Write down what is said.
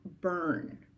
burn